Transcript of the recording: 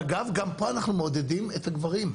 אגב, גם פה אנחנו מעודדים את הגברים.